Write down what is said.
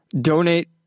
donate